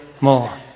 more